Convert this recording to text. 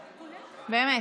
באמת.